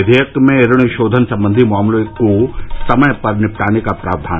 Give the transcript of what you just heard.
विधेयक में ऋण शोधन संबंधी मामलों को समय पर निपटाने का प्रावधान